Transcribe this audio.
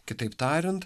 kitaip tariant